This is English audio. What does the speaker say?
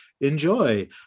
enjoy